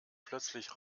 plötzlich